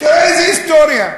תראה איזו היסטוריה.